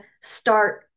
start